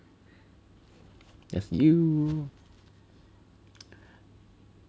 that's you